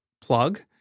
plug